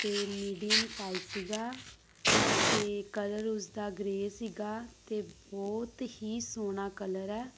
ਅਤੇ medium size ਸੀਗਾ ਅਤੇ ਕਲਰ ਉਸ ਦਾ ਗਰੇ ਸੀਗਾ ਅਤੇ ਬਹੁਤ ਹੀ ਸੋਹਣਾ ਕਲਰ ਹੈ